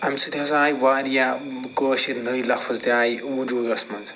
اَمہِ سۭتۍ ہسا آیہِ واریاہ کٲشرۍ نٔے لفظ تہِ آیہِ وجوٗدس منٛز